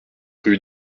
rue